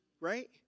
Right